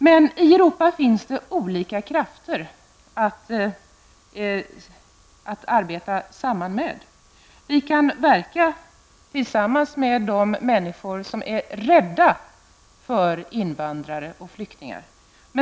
Men i Europa finns det olika krafter att arbeta tillsammans med. Vi kan verka tillsammans med de människor som är rädda för invandrare och flyktingar.